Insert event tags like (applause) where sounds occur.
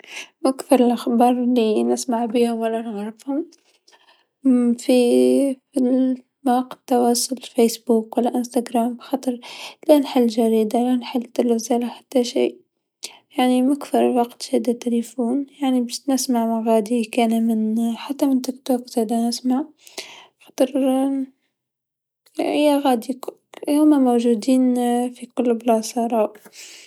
وكف لخبار لنسمع بيهم ولا نعرفهم (hesitation) في فالمواقع التواصل فايسبوك و لا أنستغرام خاطر لا نحل جريده لا نحل تلفزه لا شيء، يعني مو في كل وقت شاده التيليفون يعني باش نسمع من غاديك كان حتى من تيكتوك زادا نسمع خاطر ايا غادي هوما موجودين في كل بلاصو راهو.